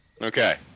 Okay